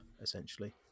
essentially